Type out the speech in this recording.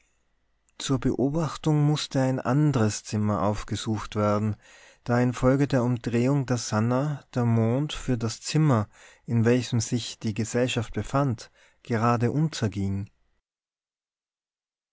zur beobachtung mußte ein andres zimmer aufgesucht werden da infolge der umdrehung der sannah der mond für das zimmer in welchem sich die gesellschaft befand gerade